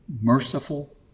merciful